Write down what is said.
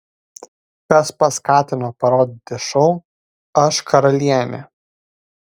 kas paskatino parodyti šou aš karalienė